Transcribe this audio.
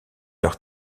leur